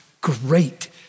great